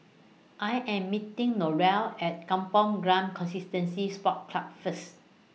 I Am meeting Norene At Kampong Glam Constituency Sports Club First